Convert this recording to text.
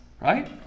right